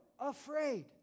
afraid